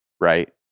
right